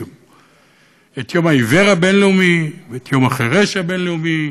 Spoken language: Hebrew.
את יום העיוור הבין-לאומי ואת יום החירש הבין-לאומי